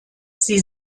sie